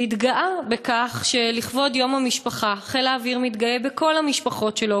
והתגאה בכך לכבוד יום המשפחה חיל האוויר מתגאה בכל המשפחות שלו,